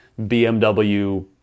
BMW